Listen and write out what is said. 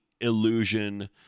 illusion